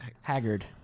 Haggard